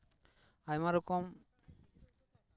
ᱟᱭᱢᱟ ᱨᱚᱠᱚᱢ